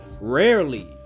rarely